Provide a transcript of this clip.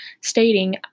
stating